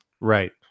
Right